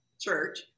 church